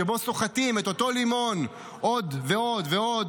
שבו סוחטים את אותו לימון עוד ועוד ועוד,